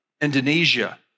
Indonesia